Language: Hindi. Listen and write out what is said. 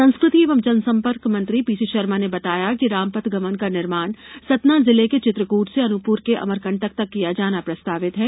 संस्कृति एवं जनसंपर्क मंत्री पी सी शर्मा ने बताया कि रामपथगमन का निर्माण सतना जिले के चित्रकृट से अनूपपुर के अमरंकटक तक किया जाना प्रस्तावित है